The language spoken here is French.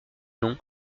nom